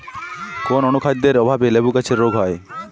কোন অনুখাদ্যের অভাবে লেবু গাছের রোগ হয়?